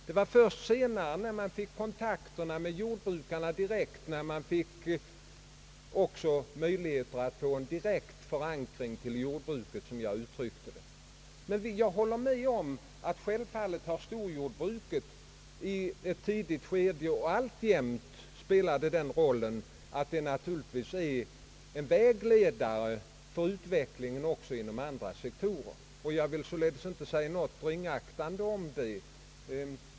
Det var först senare när man fick direkta kontakter med jordbrukarna som man fick möjlighet att få en fast förankring i jordbruket, såsom jag uttryckte det. Jag håller dock med om att storjordbruket i ett tidigt skede och alltjämt självfallet har spelat rollen av en vägledare för utvecklingen även inom andra sektorer. Jag vill således inte säga något ringaktande därom.